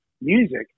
music